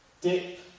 dip